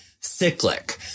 cyclic